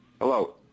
Hello